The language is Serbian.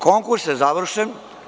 Konkurs je završen…